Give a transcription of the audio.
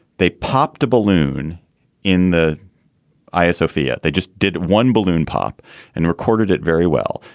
they popped a balloon in the iso fear. they just did one balloon pop and recorded it very well.